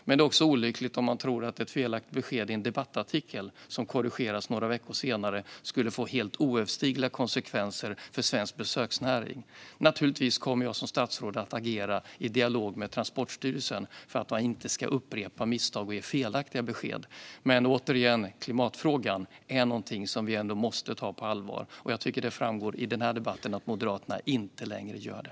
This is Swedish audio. Men det är också olyckligt om man tror att ett felaktigt besked i en debattartikel, som korrigeras några veckor senare, får helt oöverstigliga konsekvenser för svensk besöksnäring. Givetvis kommer jag som statsråd att agera i dialog med Transportstyrelsen så att misstaget inte upprepas och felaktiga besked ges. Återigen: Klimatfrågan är något som vi måste ta på allvar, och jag tycker att det framgår av denna debatt att Moderaterna inte längre gör det.